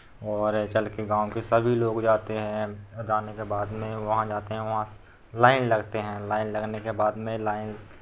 और चल के गाँव के सभी लोग जाते हैं जाने के बाद में वहाँ जाते हैं वहाँ लाइन लगते हैं लाइन लगने के बाद में लाइन